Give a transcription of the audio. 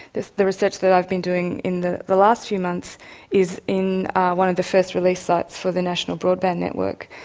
the research that i've been doing in the the last few months is in one of the first release sites for the national broadband network,